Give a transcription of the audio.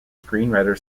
screenwriter